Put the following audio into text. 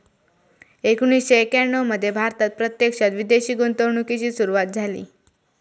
एकोणीसशे एक्याण्णव मध्ये भारतात प्रत्यक्षात विदेशी गुंतवणूकीची सुरूवात झाली